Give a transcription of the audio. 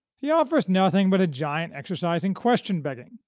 he offers nothing but a giant exercise in question-begging,